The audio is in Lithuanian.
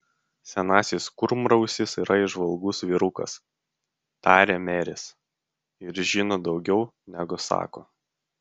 senasis kurmrausis yra įžvalgus vyrukas tarė meris ir žino daugiau negu sako